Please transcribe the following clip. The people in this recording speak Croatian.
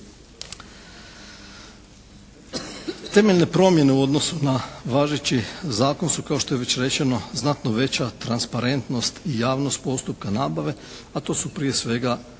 Temeljne promjene u odnosu na važeći zakon su kao što je već rečeno znatno veća transparentnost i javnost postupka nabave, a to su prije svega